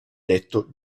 detto